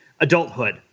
adulthood